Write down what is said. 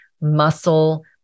muscle